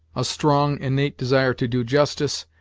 a strong, innate desire to do justice,